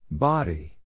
Body